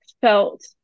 felt